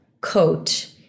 Coat